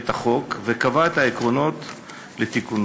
את החוק, וקבעה את העקרונות לתיקונו.